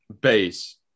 base